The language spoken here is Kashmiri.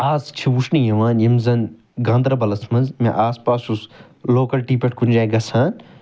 آز چھِ وُچھنہ یِوان یِم زَن گاندَربَلَس مَنٛز مےٚ آس پاس چھُس لوکلٹی پٮ۪ٹھ کُنہِ جایہِ گَژھان